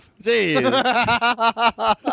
Jeez